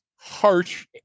harsh